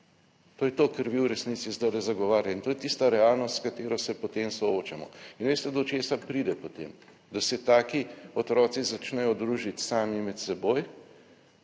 To je to kar vi v resnici zdaj zagovarjate in to je tista realnost s katero se potem soočamo. In veste, do česa pride potem, da se taki otroci začnejo družiti sami med seboj,